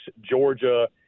Georgia –